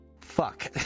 fuck